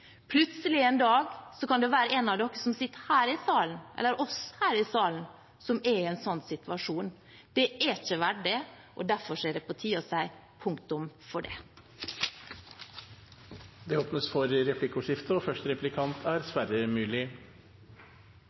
Plutselig en dag kan det være en av oss som sitter her i salen, som er i en sånn situasjon. Det er ikke verdig, og derfor er det på tide å sette punktum for det. Det blir replikkordskifte. Om kort tid vil drosjenæringen i Norge være fullstendig liberalisert. Fremskrittspartiet har gått i bresjen for dette, og